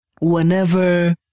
Whenever